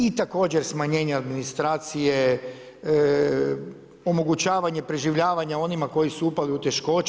I također smanjenje administracije, omogućavanje preživljavanja onima koji su upali u teškoće.